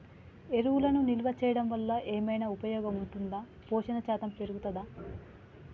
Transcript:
ఎరువులను నిల్వ చేయడం వల్ల ఏమైనా ఉపయోగం ఉంటుందా పోషణ శాతం పెరుగుతదా?